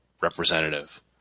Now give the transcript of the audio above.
representative